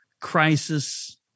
crisis